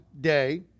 day